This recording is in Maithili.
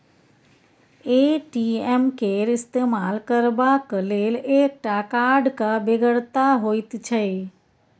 ए.टी.एम केर इस्तेमाल करबाक लेल एकटा कार्डक बेगरता होइत छै